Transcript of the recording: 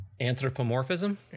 Anthropomorphism